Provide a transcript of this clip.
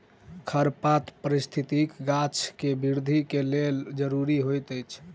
खरपात पारिस्थितिकी गाछ के वृद्धि के लेल ज़रूरी होइत अछि